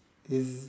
is